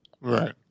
Right